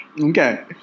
Okay